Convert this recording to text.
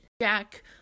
Jack